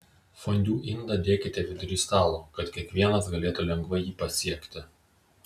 fondiu indą dėkite vidury stalo kad kiekvienas galėtų lengvai jį pasiekti